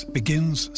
begins